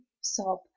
sob